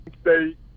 State